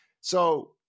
So-